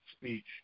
speech